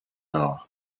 hour